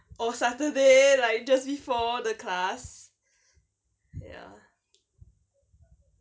or saturday like just before the class ya